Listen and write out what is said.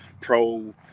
pro